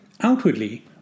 Outwardly